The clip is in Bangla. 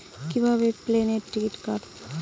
কিভাবে প্লেনের টিকিট কাটব?